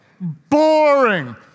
Boring